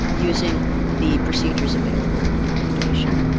using the procedures available in litigation.